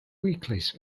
weeklies